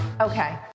Okay